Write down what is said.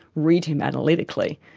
read him analytically,